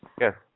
Yes